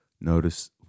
notice